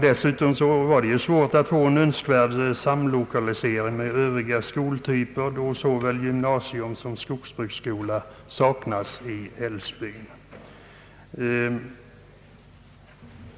Dessutom var det i älvsbyn svårt att få en önskvärd samlokalisering med övriga skoltyper, då såväl gymnasium som skogsbruksskola saknas i Älvsbyn.